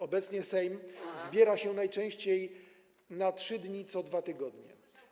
Obecnie Sejm zbiera się najczęściej na 3 dni co 2 tygodnie.